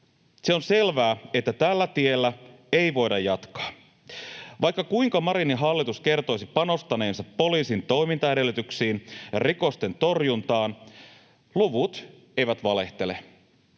Se on selvää, että tällä tiellä ei voida jatkaa. Vaikka kuinka Marinin hallitus kertoisi panostaneensa poliisin toimintaedellytyksiin ja rikosten torjuntaan, luvut eivät valehtele.